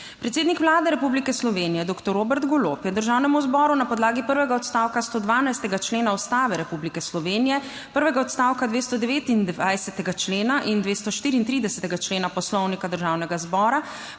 Predsednik Vlade Republike Slovenije doktor Robert Golob je Državnemu zboru na podlagi prvega odstavka 112. člena Ustave Republike Slovenije, prvega odstavka 229. člena in 234. člena Poslovnika Državnega zbora